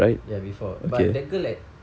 ya before but that girl at